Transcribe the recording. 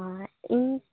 ᱤᱧ